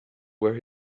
were